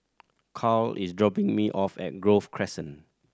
Karl is dropping me off at Grove Crescent